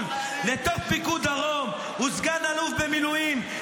לתוך פיקוד הדרום הוא סגן אלוף במילואים,